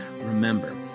Remember